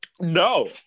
no